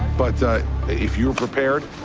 but if you're prepared,